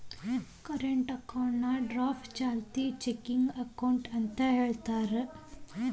current ಅಕೌಂಟ್ನಾ draft ಚಾಲ್ತಿ checking account ಅಂತ ಹೇಳ್ತಾರ